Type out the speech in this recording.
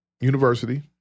University